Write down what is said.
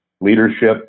leadership